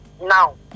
Now